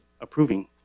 approving